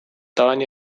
taani